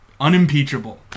unimpeachable